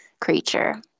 creature